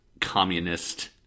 communist